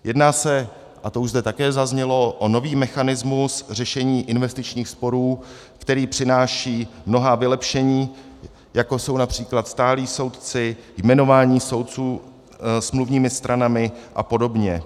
Jedná se, a to už zde také zaznělo, o nový mechanismus řešení investičních sporů, který přináší mnohá vylepšení, jako jsou například stálí soudci, jmenování soudců smluvními stranami a podobně.